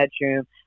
bedroom